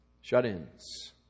shut-ins